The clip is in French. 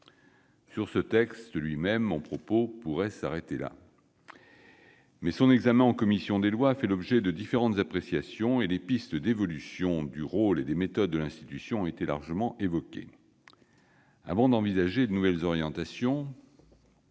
Sur le texte examiné ce matin, mon propos pourrait s'arrêter là. Mais son examen en commission des lois a fait l'objet de différentes appréciations, et les pistes d'évolution du rôle et des méthodes de l'institution ont été largement évoquées. Avant d'envisager de nouvelles orientations,